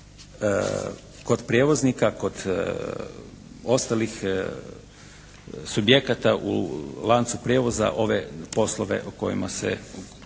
kod prijevoznika, kod ostalih subjekata u lancu prijevoza ove poslove o kojima se,